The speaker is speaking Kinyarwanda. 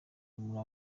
muri